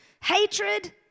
hatred